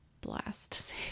blast